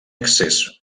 accés